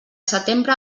setembre